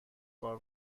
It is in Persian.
کار